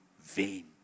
vain